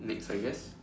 next I guess